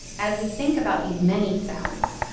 as we think about these many souths,